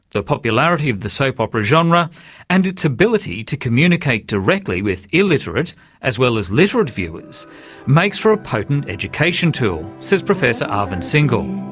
the popularity of the soap opera genre and its ability to communicate directly with illiterate as well as literate viewers makes for a potent education tool says professor arvind singhal.